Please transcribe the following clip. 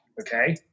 Okay